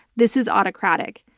this is autocratic.